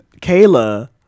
Kayla